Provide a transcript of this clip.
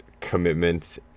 commitment